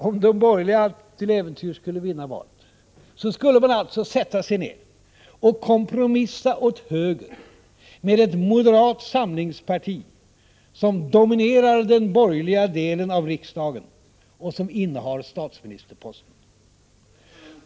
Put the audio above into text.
Om de borgerliga till äventyrs skulle vinna valet, skulle man alltså sätta sig ned och kompromissa åt höger med ett moderat samlingsparti som dominerar den borgerliga delen av riksdagen och som innehar statsministerposten.